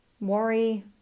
worry